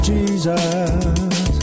Jesus